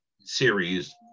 series